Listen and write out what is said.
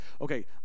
okay